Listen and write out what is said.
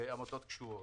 עמותות קשובות,